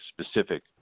specific